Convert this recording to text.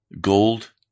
gold